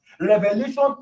revelation